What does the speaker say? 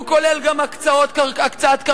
הוא כולל גם הקצאת קרקעות,